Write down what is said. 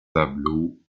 tableaux